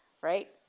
right